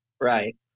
Right